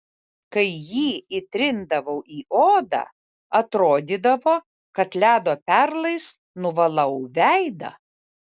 kai jį įtrindavau į odą atrodydavo kad ledo perlais nuvalau veidą